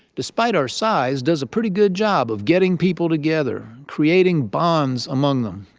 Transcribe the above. despite our size, does a pretty good job of getting people together, creating bonds among them